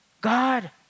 God